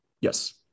Yes